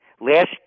last